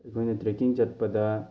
ꯑꯩꯈꯣꯏꯅ ꯇ꯭ꯔꯦꯛꯀꯤꯡ ꯆꯠꯄꯗ